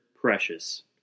precious